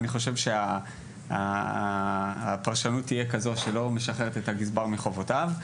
אני חושב שהפרשנות תהיה כזו שלא משחררת את הגזבר מחובותיו.